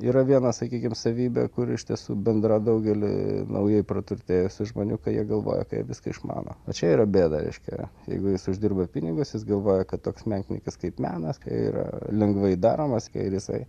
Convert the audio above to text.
yra viena sakykim savybė kuri iš tiesų bendra daugeliui naujai praturtėjusių žmonių kai jie galvoja kad jie viską išmano va čia yra bėda reiškia jeigu jis uždirba pinigus jis galvoja kad toks menkniekis kaip menas yra lengvai daromas ir jisai